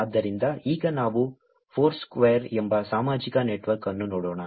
ಆದ್ದರಿಂದ ಈಗ ನಾವು Foursquare ಎಂಬ ಸಾಮಾಜಿಕ ನೆಟ್ವರ್ಕ್ ಅನ್ನು ನೋಡೋಣ